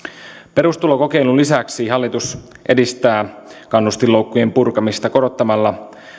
perustulokokeilun lisäksi hallitus edistää kannustinloukkujen purkamista korottamalla